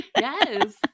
Yes